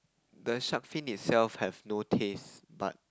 the shark fin itself have no taste but